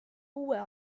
uue